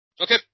Okay